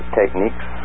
techniques